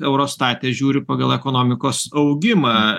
eurostate žiūriu pagal ekonomikos augimą